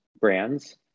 brands